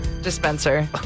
dispenser